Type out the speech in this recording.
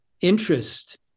interest